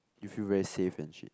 you feel very safe and shit